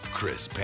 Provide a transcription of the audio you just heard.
Chris